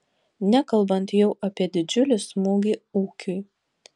nekalbant jau apie didžiulį smūgį ūkiui